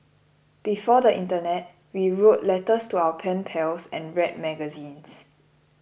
before the internet we wrote letters to our pen pals and read magazines